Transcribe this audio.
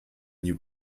new